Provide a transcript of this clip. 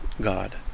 God